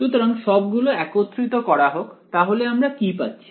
সুতরাং সবগুলো একত্রিত করা হোক তাহলে আমরা কি পাচ্ছি